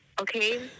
Okay